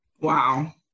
Wow